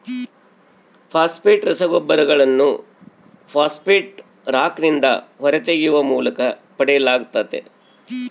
phosphate ರಸಗೊಬ್ಬರಗಳನ್ನು phosphate ರಾಕ್ನಿಂದ ಹೊರತೆಗೆಯುವ ಮೂಲಕ ಪಡೆಯಲಾಗ್ತತೆ